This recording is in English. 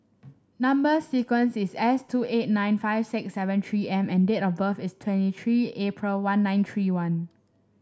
number sequence is S two eight nine five six seven three M and date of birth is twenty three April one nine three one